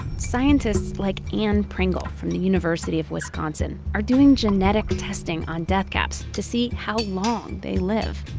scientists like anne pringle, from the university of wisconsin, are doing genetic testing on death caps to see how long they live.